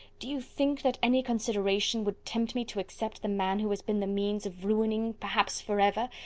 do you think that any consideration would tempt me to accept the man who has been the means of ruining, perhaps for ever,